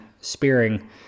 Spearing